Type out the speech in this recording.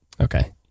okay